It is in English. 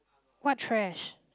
what trash